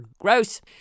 Gross